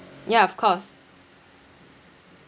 ya of course